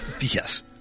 Yes